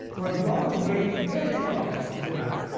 we're going to bring great technologies to the mac.